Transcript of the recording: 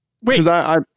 Wait